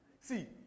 See